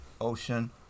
Ocean